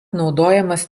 naudojamas